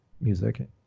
music